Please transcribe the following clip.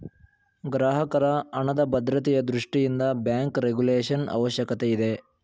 ಗ್ರಾಹಕರ ಹಣದ ಭದ್ರತೆಯ ದೃಷ್ಟಿಯಿಂದ ಬ್ಯಾಂಕ್ ರೆಗುಲೇಶನ್ ಅವಶ್ಯಕತೆ ಇದೆ